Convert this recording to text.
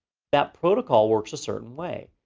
that protocol works a certain way.